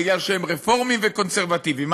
בגלל שהם רפורמים וקונסרבטיבים.